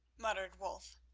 muttered wulf.